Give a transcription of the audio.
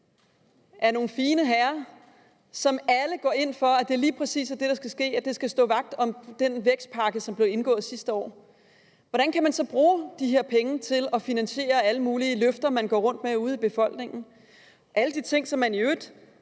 af fine herrer, som alle går ind for, at det lige præcis er det, der skal ske, og at man skal stå vagt om den vækstpakke, som blev indgået sidste år? Hvordan kan man så bruge de her penge til at finansiere alle mulige løfter, man går rundt og giver ude blandt befolkningen, og alle de ting, som man i øvrigt